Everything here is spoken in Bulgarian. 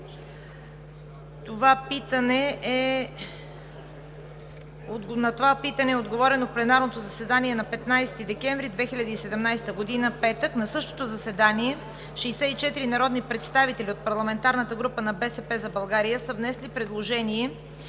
това питане е отговорено в пленарното заседание на 15 декември 2017 г., петък. На същото заседание 64 народни представители от парламентарната група на „БСП за България“ са внесли предложение